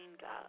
God